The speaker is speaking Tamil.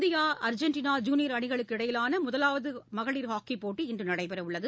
இந்தியா அர்ஜென்டினா ஜூனியர் அணிகளுக்கு இடையிலான முதலாவது மகளிர் ஹாக்கிப் போட்டி இன்று நடைபெறவுள்ளது